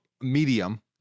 medium